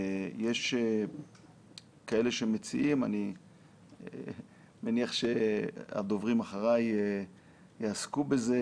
יש כאלה שמציעים אני מניח שהדוברים אחריי יעסקו בזה